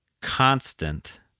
constant